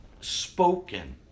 spoken